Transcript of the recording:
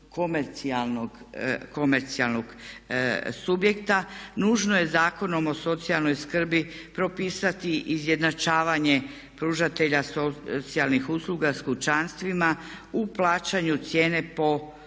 komercijalnog subjekta. Nužno je Zakonom o socijalnoj skrbi propisati izjednačavanje pružatelja socijalnih usluga s kućanstvima u plaćanju cijene po